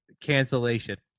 cancellation